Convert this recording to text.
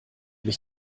mich